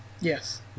Yes